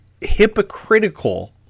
hypocritical